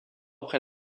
après